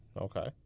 Okay